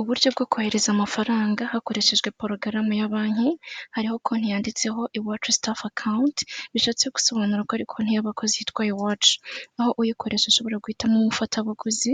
Uburyo bwo kohereza amafaranga hakoreshejwe porogaramu ya banki, hariho konti yanditseho iwacu sitafu akawuti bishatse gusobanurwa ariko ntiyabakoze yitwaye wacu. Aho uyikoresha ashobora guhitamo umufatabuguzi,